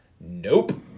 Nope